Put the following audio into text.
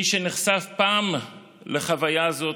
מי שנחשף פעם לחוויה זאת,